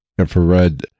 Infrared